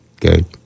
Good